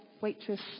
waitress